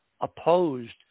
opposed